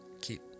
keep